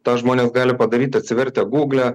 tą žmonės gali padaryti atsivertę gūglą